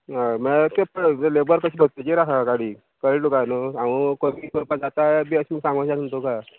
हय म्हळ्यार ते तुगे लेबर कशें भरता तेचेर आसा गाडी कळ्ळें तुका न्हू हांव कमी करपा जाताय बी अशें सांगोशन तुका